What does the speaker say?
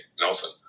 Nelson